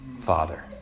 Father